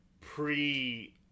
pre